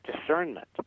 discernment